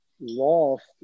lost